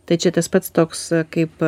tai čia tas pats toks kaip